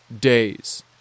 days